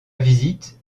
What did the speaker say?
visite